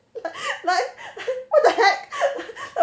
what the heck